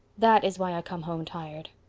that is why i come home tired.